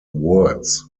words